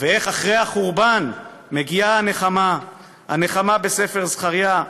ואיך אחרי החורבן מגיעה הנחמה, הנחמה בספר זכריה,